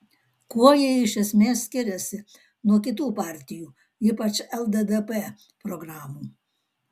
kuo ji iš esmės skiriasi nuo kitų partijų ypač lddp programų